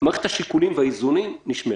מערכת השיקולים והאיזונים נשמרת.